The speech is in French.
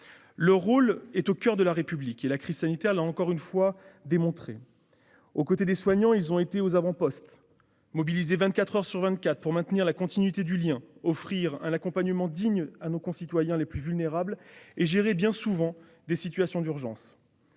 Leur rôle est au coeur de la République, comme la crise sanitaire l'a encore une fois démontré. Aux côtés des soignants, ils ont été aux avant-postes, mobilisés 24 heures sur 24 pour maintenir la continuité du lien, offrir un accompagnement digne à nos concitoyens les plus vulnérables et gérer, bien souvent, des situations d'urgence.